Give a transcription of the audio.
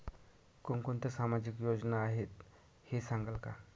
कोणकोणत्या सामाजिक योजना आहेत हे सांगाल का?